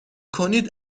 کنید